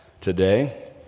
today